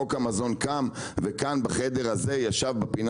חוק המזון קם וכאן בחדר הזה ישב בפינה